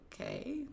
okay